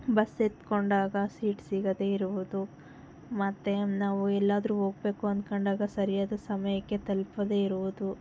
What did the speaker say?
bus ಹತ್ಕೊಂಡಾಗ seat ಸಿಗದೇ ಇರುವುದು ಮತ್ತು ನಾವು ಎಲ್ಲಾದರೂ ಹೋಗಬೇಕು ಅಂದ್ಕೊಂಡಾಗ ಸರಿಯಾದ ಸಮಯಕ್ಕೆ ತಲುಪದೆ ಇರುವುದು